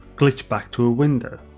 glitch back to a window.